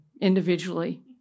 individually